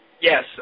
Yes